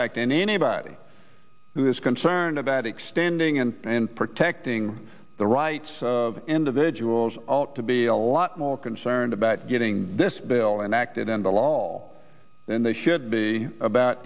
act and anybody who is concerned about extending and and protecting the rights of individuals ought to be a lot more concerned about getting this bill enacted into law then they should be about